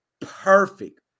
perfect